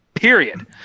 Period